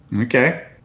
Okay